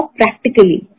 practically